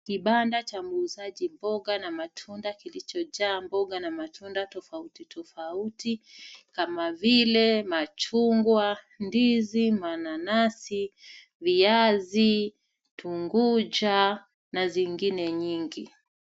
Kibanda cha muuzaji mboga na matunda kilichojaa mboga na matunda tofauti tofauti kama vile machungwa, ndizi, mananasi, viazi, tuguja na zingine nyingi.